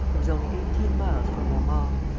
he was only eighteen miles from montmaur.